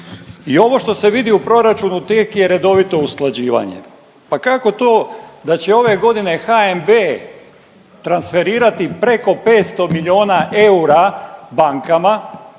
I ovo što se vidi u proračunu tek je redovito usklađivanje, pa kako to da će ove godine HNB transferirati preko 500 milijuna eura bankama,